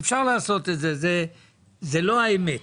אבל זו לא האמת.